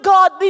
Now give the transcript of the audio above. God